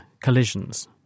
collisions